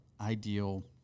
ideal